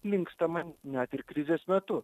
linkstama net ir krizės metu